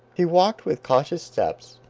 he walked with cautious steps,